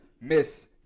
Miss